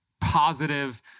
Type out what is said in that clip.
positive